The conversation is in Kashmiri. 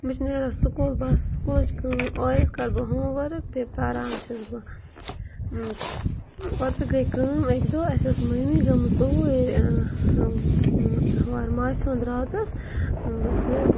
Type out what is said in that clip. مےٚ چھِ نیران سکوٗل بَس سکوٗلٕچ کٲم اورٕ یِتھ کَرٕ بہٕ ہوم ؤرٕک بیٚیہِ پَران چھَس بہٕ اوترٕ گٔے کٲم اَکہِ دۄہ اَسہِ ٲس مٔمی گٔمٕژ اوٗرۍ ہور ماجہِ ہُنٛد راتَس بَس یہِ